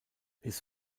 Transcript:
his